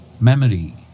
memory